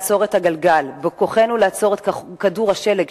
אותו לסדר-היום זאת היועצת החינוכית,